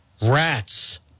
rats